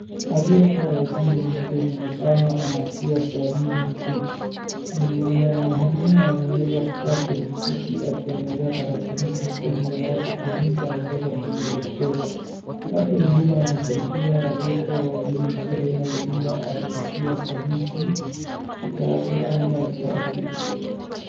Aliyekuwa Waziri Mkuu inaonekana anatia sahihi kitu. Mwenye anamhudumu ameweza kukaa kwenye kiti akiangalia tarakilishi huku nyuma yake kuna mtu anaweza kumuelekeza. Watu wengine wanashuhudia aliyekuwa Waziri Mkuu Raila Odinga akitia sahihi kitabu au matarakilishi.